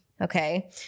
Okay